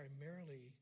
primarily